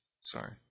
sorry